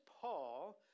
Paul